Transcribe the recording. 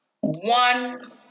one